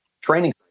training